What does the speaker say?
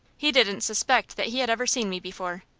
he didn't suspect that he had ever seen me before.